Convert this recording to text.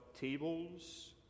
tables